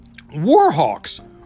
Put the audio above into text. Warhawks